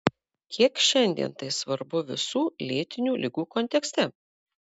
kiek šiandien tai svarbu visų lėtinių ligų kontekste